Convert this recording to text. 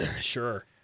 sure